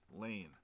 Lane